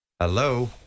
Hello